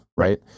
Right